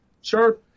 Sure